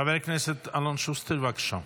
חבר הכנסת אלון שוסטר, בבקשה.